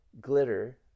glitter